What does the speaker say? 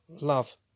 love